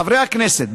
חברי הכנסת,